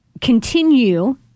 continue